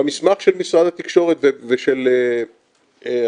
במסמך של משרד התקשורת ושל הממ"מ